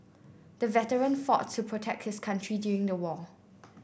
the veteran fought to protect his country during the war